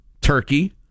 turkey